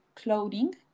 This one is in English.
Clothing